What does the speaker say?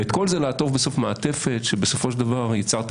ואת כל זה לעטוף במעטפת שבסופו של דבר --- את